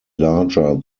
larger